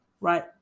right